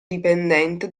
dipendente